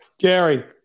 Gary